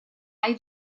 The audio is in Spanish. hay